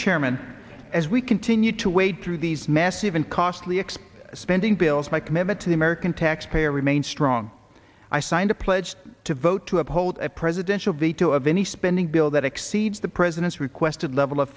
chairman as we continue to wade through these massive and costly expose spending bills my commitment to the american taxpayer remains strong i signed a pledge to vote to uphold a presidential veto of any spending bill that exceeds the president's requested level of